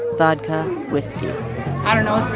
vodka, whiskey i don't know, it's